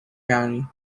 county